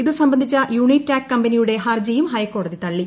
ഇതു സംബന്ധിച്ച യൂണിടാക് കമ്പനിയുടെ ഹർജിയും ഹൈക്കോടതി തള്ളി